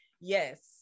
yes